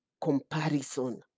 comparison